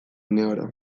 uneoro